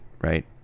right